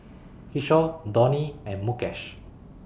Kishore Dhoni and Mukesh